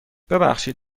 ببخشید